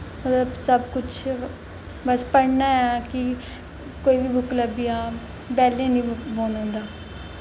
होर सब कुछ मतलब बस पढ़ना ऐ कि कोई बी बुक्क लब्भी जा बैह्ल्ले नेईं बौह्न होंदा